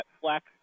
flex